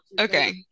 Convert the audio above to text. Okay